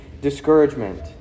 discouragement